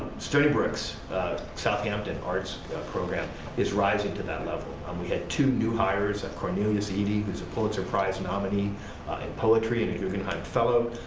stony brook's southampton arts program is rising to that level, and um we had two new hires, and cornelius eady, who is a pulitzer prize nominee in poetry and a guggenheim fellow,